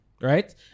right